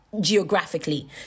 geographically